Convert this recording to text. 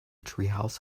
treehouse